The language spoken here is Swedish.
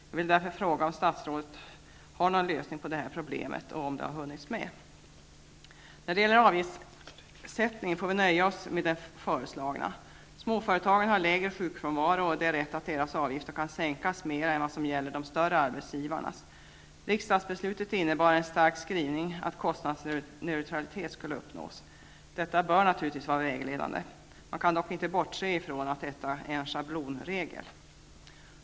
Jag vill därför fråga om statsrådet har någon lösning på detta problem och om det här har hunnits med. När det gäller avgiftssättningen får vi nöja oss med den föreslagna. Småföretagen har lägre sjukfrånvaro, och det är rätt att deras avgift kan sänkas mera än vad som gäller för de större arbetsgivarna. Riksdagsbeslutet innebar en stark skrivning för att kostnadsneutralitet skall uppnås. Detta bör naturligtvis vara vägledande. Man kan dock inte bortse från att detta är en schablonregel.